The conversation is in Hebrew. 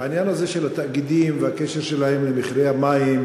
בעניין הזה של התאגידים והקשר שלהם למחירי המים,